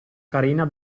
carena